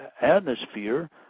atmosphere